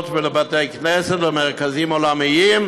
על בינוי למוסדות ולבתי-כנסת ולמרכזים עולמיים,